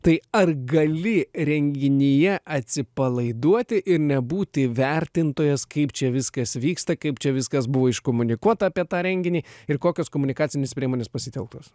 tai ar gali renginyje atsipalaiduoti ir nebūti vertintojas kaip čia viskas vyksta kaip čia viskas buvo iškomunikuota apie tą renginį ir kokios komunikacinės priemonės pasitelktos